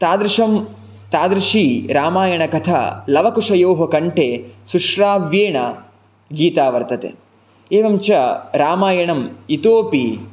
तादृशं तादृशी रामायणकथा लवकुशयोः कण्टे सुश्राव्येण गीता वर्तते एवं च रामायणम् इतोपि